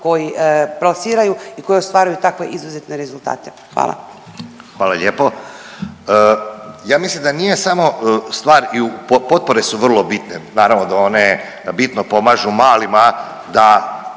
koji plasiraju i koji ostvaruju takve izuzetne rezultate? Hvala. **Ivanović, Goran (HDZ)** Hvala lijepo. Ja mislim da nije samo stvar, potpore su vrlo bitne, naravno da one bitno pomažu malima da,